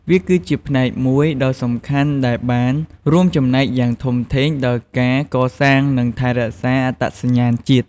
វាគឺជាផ្នែកមួយដ៏សំខាន់ដែលបានរួមចំណែកយ៉ាងធំធេងដល់ការកសាង និងថែរក្សាអត្តសញ្ញាណជាតិ។